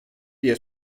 diye